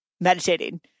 meditating